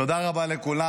תודה רבה לכולם.